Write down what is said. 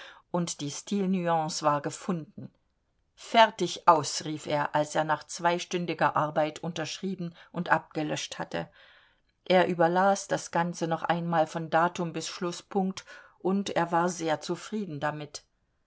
und die stilnuance war gefunden fertig aus rief er als er nach zweistündiger arbeit unterschrieben und abgelöscht hatte er überlas das ganze noch einmal von datum bis schlußpunkt und er war sehr zufrieden damit